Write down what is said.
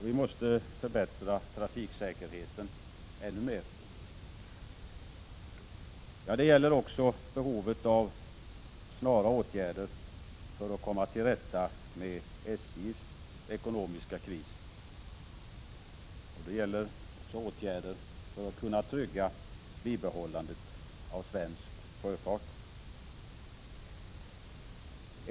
Vi måste förbättra trafiksäkerheten ännu mer. Det finns behov av snara åtgärder för att komma till rätta med SJ:s ekonomiska kris. Det behövs också åtgärder för att trygga bibehållandet av svensk sjöfart.